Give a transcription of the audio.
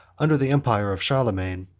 under the empire of charlemagne,